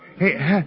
Hey